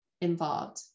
involved